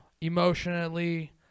Emotionally